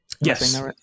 Yes